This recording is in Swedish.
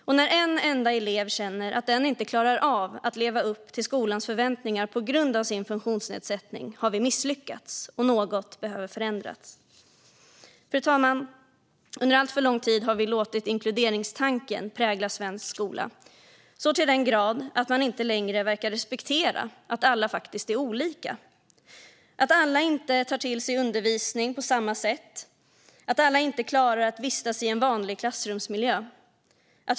Och när en enda elev känner att den inte klarar av att leva upp till skolans förväntningar på grund av sin funktionsnedsättning har vi misslyckats. Något behöver förändras. Fru talman! Under alltför lång tid har vi låtit inkluderingstanken prägla svensk skola, så till den grad att man inte längre verkar respektera att alla är olika. Alla tar inte till sig undervisning på samma sätt. Alla klarar inte av att vistas i en vanlig klassrumsmiljö.